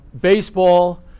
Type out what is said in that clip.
baseball